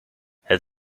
het